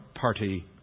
party